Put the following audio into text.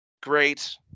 great